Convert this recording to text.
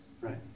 Right